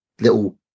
little